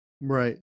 right